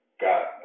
got